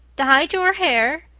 dyed your hair!